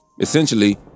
Essentially